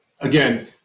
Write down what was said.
again